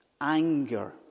Anger